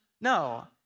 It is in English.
No